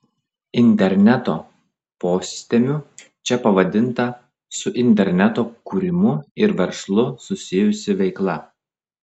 interneto posistemiu čia pavadinta su interneto kūrimu ir verslu susijusi veikla